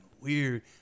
weird